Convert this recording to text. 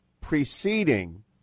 preceding